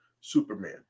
Superman